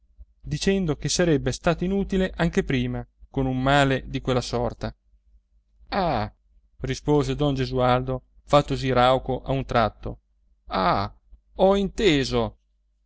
dicendo che sarebbe stato inutile anche prima con un male di quella sorta ah rispose don gesualdo fattosi rauco a un tratto ah ho inteso